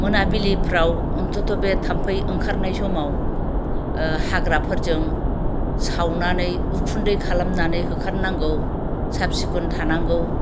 मोनाबिलिफोराव अन्त'थ' बे थामफै ओंखारनाय समाव हाग्राफोरजों सावनानै उखुनदै खालामनानै होखारनांगौ साफ सिखुन थानांगौ